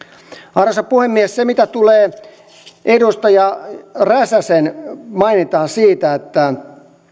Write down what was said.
arvoisa puhemies se mitä tulee edustaja räsäsen mainintaan siitä että